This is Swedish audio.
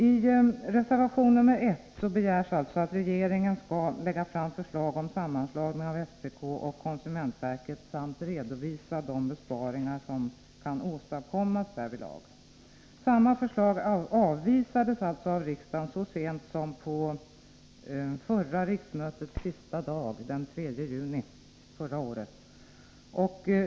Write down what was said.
I reservation nr 1 begärs alltså att regeringen skall lägga fram förslag om sammanslagning av SPK och konsumentverket samt redovisa de besparingar som kan åstadkommas därvidlag. Samma förslag avvisades alltså av riksdagen så sent som på förra riksmötets sista dag, den 3 juni förra året.